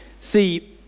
See